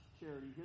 charity